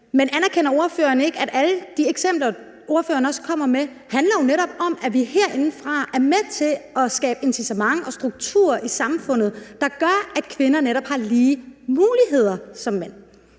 Men anerkender ordføreren ikke, at alle de eksempler, ordføreren også kommer med, jo netop handler om, at vi herindefra er med til at skabe incitamenter og strukturer i samfundet, der gør, at kvinder netop har lige muligheder, de